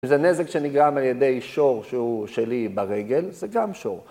זה נזק שנגרם על ידי שור ‫שהוא שלי ברגל, זה גם שור.